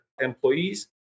employees